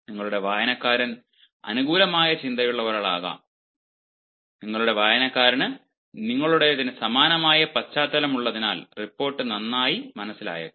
നിങ്ങളുടെ വായനക്കാരൻ അനുകൂലമായ ചിന്തയുള്ള ഒരാൾ ആകാം നിങ്ങളുടെ വായനക്കാരന് നിങ്ങളുടേതിന് സമാനമായ പശ്ചാത്തലമുള്ളതിനാൽ റിപ്പോർട്ട് നന്നായി മനസ്സിൽ ആയേക്കാം